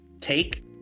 take